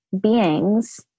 beings